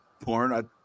porn